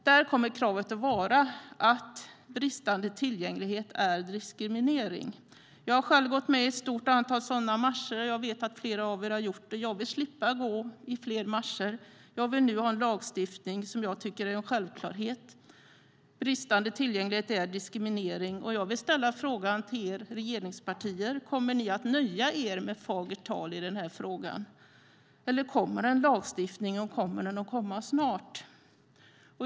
Där kommer kravet att vara att bristande tillgänglighet ska betraktas som diskriminering. Jag har själv gått med i ett stort antal sådana marscher, och jag vet att flera av er har gjort det. Jag vill slippa gå i fler marscher. Jag vill nu ha den lagstiftning som jag tycker är en självklarhet. Bristande tillgänglighet är diskriminering, och jag vill ställa frågan till regeringspartierna: Kommer ni att nöja er med fagert tal i den här frågan eller kommer en lagstiftning, och kommer den i så fall att komma snart?